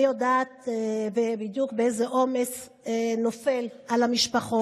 אני יודעת בדיוק איזה עומס נופל על המשפחות.